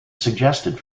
suggested